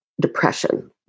depression